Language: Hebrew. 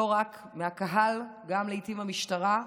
לא רק מהקהל, גם לעיתים מהמשטרה,